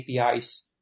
APIs